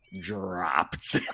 dropped